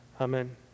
Amen